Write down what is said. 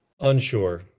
Unsure